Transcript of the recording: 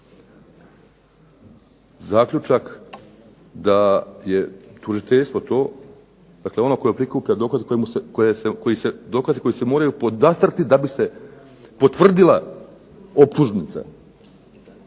zaključak da je tužiteljstvo to, dakle ono koje prikuplja dokaze koji se moraju podastrijeti da bi se potvrdila optužnica.